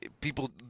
people